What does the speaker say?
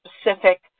specific